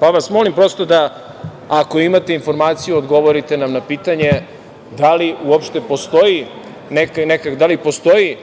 vas molim, prosto da ako imate informaciju, odgovorite nam na pitanje, da li uopšte postoji,